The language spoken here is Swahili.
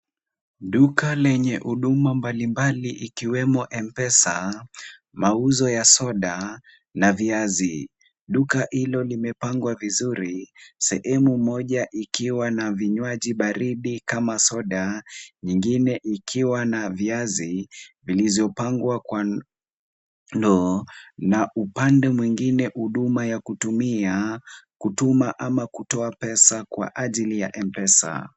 Duka lenye huduma mbalimbali ikiwemo m-pesa, mauzo ya soda na viazi. Duka hilo limepangwa vizuri, sehemu moja ikiwa na vinywaji baridi kama soda nyingine ikiwa na viazi vilizopangwa kwa ndoo na upande mwingine huduma ya kutumia, kutuma ama kutoa pesa kwa ajili ya m-pesa.